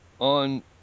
on